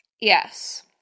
Yes